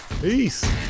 peace